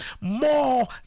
more